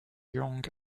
young